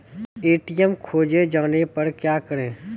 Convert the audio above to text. ATM खोजे जाने पर क्या करें?